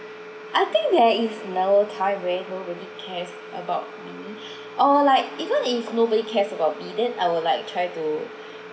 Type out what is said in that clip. I think there is never time where nobody cares about me or like even if nobody cares about me then I will like try to